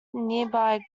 nearby